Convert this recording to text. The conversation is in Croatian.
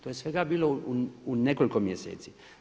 To je svega bilo u nekoliko mjeseci.